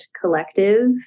Collective